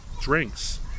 drinks